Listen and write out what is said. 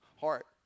heart